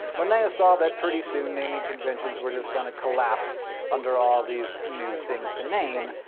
linnaeus saw that pretty soon, naming conventions were just going to collapse under all these new things to name.